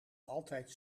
altijd